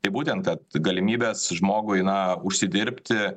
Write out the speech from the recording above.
tai būtent kad galimybės žmogui na užsidirbti